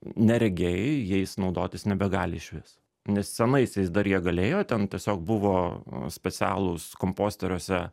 neregiai jais naudotis nebegali išvis nes senaisiais dar jie galėjo ten tiesiog buvo specialūs komposteriuose